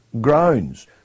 grounds